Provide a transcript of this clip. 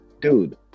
dude